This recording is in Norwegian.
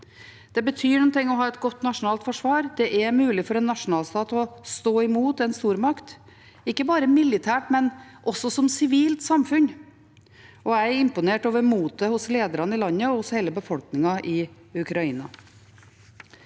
Det betyr noe å ha et godt nasjonalt forsvar. Det er mulig for en nasjonalstat å stå imot en stormakt, ikke bare militært, men også som sivilt samfunn. Jeg er imponert over motet hos lederne i landet og hos hele befolkningen i Ukraina.